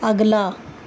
ਅਗਲਾ